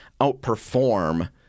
outperform